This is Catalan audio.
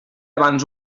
abans